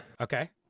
Okay